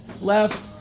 left